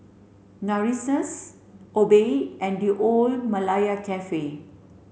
Narcissus Obey and The Old Malaya Cafe